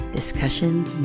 Discussions